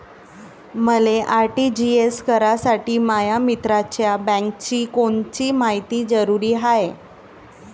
मले आर.टी.जी.एस करासाठी माया मित्राच्या बँकेची कोनची मायती जरुरी हाय?